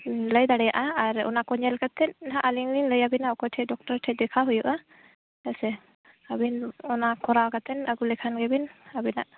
ᱞᱟᱹᱭ ᱫᱟᱲᱮᱭᱟᱜᱼᱟ ᱟᱨ ᱚᱱᱟᱠᱚ ᱧᱮᱞ ᱠᱟᱛᱮᱫ ᱱᱟᱦᱟᱜ ᱟᱹᱞᱤᱧ ᱞᱤᱧ ᱞᱟᱹᱭᱟᱵᱮᱱᱟ ᱚᱠᱚᱭ ᱴᱷᱮᱱ ᱰᱚᱠᱴᱚᱨ ᱴᱷᱮᱱ ᱫᱮᱠᱷᱟᱣ ᱦᱩᱭᱩᱜᱼᱟ ᱦᱮᱸᱥᱮ ᱟᱹᱵᱤᱱ ᱚᱱᱟ ᱠᱚᱨᱟᱣ ᱠᱟᱛᱮ ᱟᱹᱜᱩ ᱞᱮᱠᱷᱟᱱ ᱜᱮᱵᱤᱱ ᱟᱹᱵᱤᱱᱟᱜ